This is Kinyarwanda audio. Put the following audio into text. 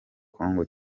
kong